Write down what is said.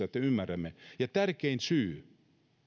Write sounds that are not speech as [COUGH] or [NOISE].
[UNINTELLIGIBLE] että ymmärrämme tärkein syy